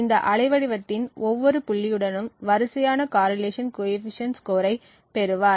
இந்த அலைவடிவத்தின் ஒவ்வொரு புள்ளியுடனும் வரிசையான காரிலேஷன் கோஎபிசியன்ட் ஸ்கோரை பெறுவார்